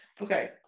Okay